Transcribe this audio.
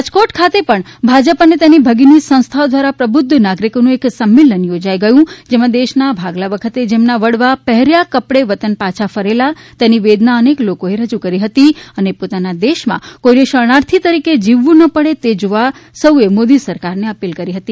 રાજકોટ ખાતે પણ ભાજપ અને તેની ભગિની સંસ્થાઓ દ્વારા પ્રબુધ્ધ નાગરિકો નું સંમેલન યોજાઇ ગયું જેમાં દેશના ભાગલા વખતે જેમના વડવા પહેર્યા કપડે વતન પાછા ફરેલા તેની વેદના અનેક લોકો એ રજૂ કરી હતી અને પોતાના દેશ માં કોઈ ને શરણાર્થી તરીકે જીવવું ના પડે તે જોવા સૌ એ મોદી સરકાર ને અપીલ કરી હતી